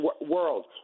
world